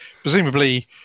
Presumably